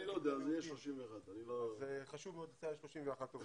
אז יהיה 31. אז חשוב מאוד לציין 31 עובדים.